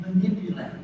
manipulate